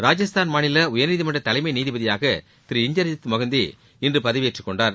ராஜஸ்தான் மாநில உயா்நீதிமன்ற தலைமை நீதிபதியாக திரு இந்திரஜித் மொகந்தி இன்று பதவியேற்றுக் கொண்டார்